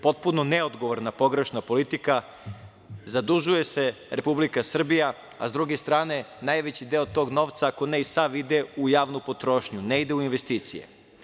Potpuno neodgovorna pogrešna politika, zadužuje se Republika Srbija, a sa druge strane najveći deo tog novca, ako ne i sav, ide u javnu potrošnju, ne ide u investicije.